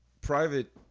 private